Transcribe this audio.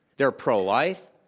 they're pro-life,